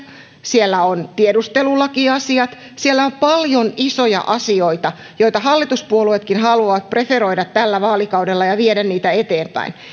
siellä on tiedustelulakiasiat siellä on paljon isoja asioita joita hallituspuolueetkin haluavat preferoida tällä vaalikaudella ja viedä niitä eteenpäin